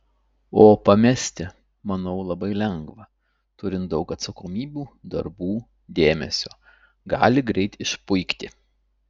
o pamesti manau labai lengva turint daug atsakomybių darbų dėmesio gali greit išpuikti